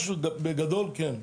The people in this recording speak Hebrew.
משהו בגדול כן.